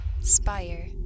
Spire